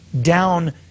down